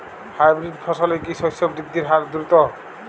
Hybrid ফসলের কি শস্য বৃদ্ধির হার দ্রুত?